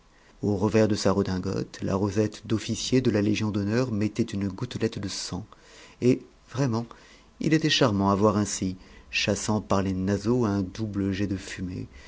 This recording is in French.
au revers de sa redingote la rosette d'officier de la légion d'honneur mettait une gouttelette de sang et vraiment il était charmant à voir ainsi chassant par les naseaux un double jet de fumée